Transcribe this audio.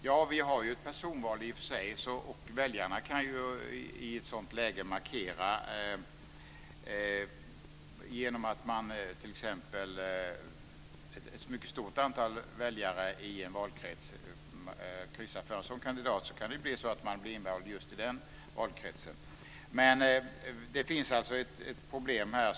Fru talman! Vi har personval, och väljarna kan i ett sådant läge göra en markering. Om ett mycket stort antal väljare i en valkrets kryssar för en sådan kandidat kan vederbörande bli invald just i den valkretsen. Det finns ett problem här.